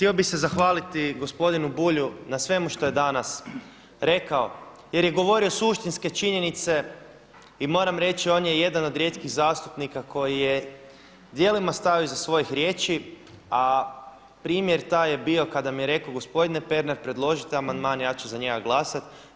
Htio bih se zahvaliti gospodinu Bulju na svemu što je danas rekao jer je govorio suštinske činjenice i moram reći on je jedan od rijetkih zastupnika koji je djelima stao iza svojih riječi, a primjer taj je bio kada mi je rekao: Gospodine Pernar, predložite amandman, ja ću za njega glasati.